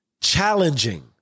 challenging